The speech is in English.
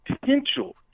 potential